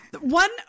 One